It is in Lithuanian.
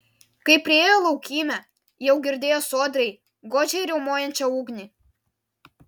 kai priėjo laukymę jau girdėjo sodriai godžiai riaumojančią ugnį